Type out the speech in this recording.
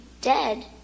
dead